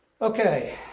Okay